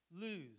lose